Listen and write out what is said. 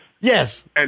Yes